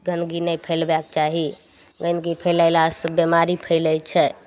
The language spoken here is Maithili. गन्दगी नहि फैलबेके चाही गन्दगी फैलेला सऽ बिमारी फैले छै